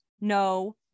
no